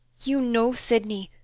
you know sydney,